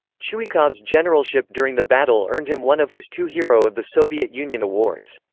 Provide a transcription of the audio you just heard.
chuikov's generalship during the battle earned him one of his two hero of the soviet union awards.